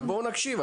אבל בואו נקשיב,